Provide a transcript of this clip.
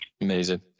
Amazing